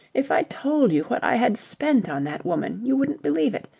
if i told you what i had spent on that woman, you wouldn't believe it.